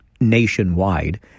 nationwide